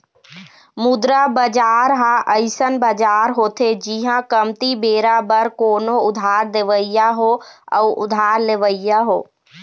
मुद्रा बजार ह अइसन बजार होथे जिहाँ कमती बेरा बर कोनो उधार देवइया हो अउ उधार लेवइया हो